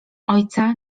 ojca